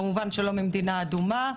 כמובן שלא ממדינה אדומה.